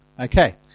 Okay